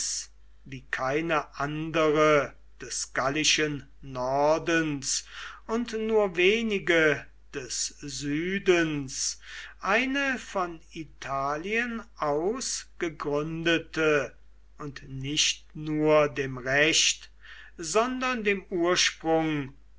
wie keine andere des gallischen nordens und nur wenige des südens eine von italien aus gegründete und nicht nur dem recht sondern dem ursprung